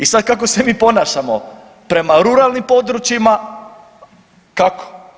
I sad kako se mi ponašamo prema ruralnim područjima, kako?